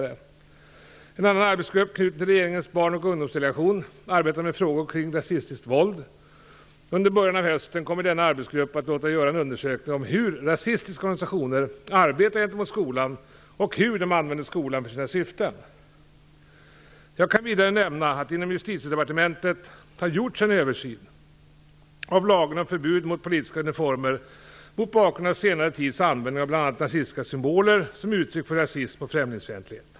En annan arbetsgrupp knuten till regeringens barnoch ungdomsdelegation arbetar med frågor kring rasistiskt våld. Under början av hösten kommer denna arbetsgrupp att låta göra en undersökning om hur rasistiska organisationer arbetar gentemot skolan och hur de använder skolan för sina syften. Jag kan vidare nämna att det inom Justitiedepartementet har gjorts en översyn av lagen om förbud mot politiska uniformer mot bakgrund av senare tids användning av bl.a. nazistiska symboler som uttryck för rasism och främlingsfientlighet.